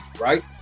right